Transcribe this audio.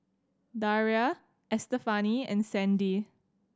Daria Estefani and Sandy